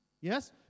Yes